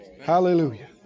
Hallelujah